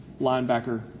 linebacker